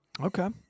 Okay